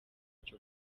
cyo